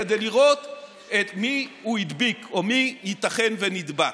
כדי לראות את מי הוא הדביק או מי ייתכן שנדבק.